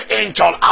angel